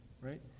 right